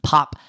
Pop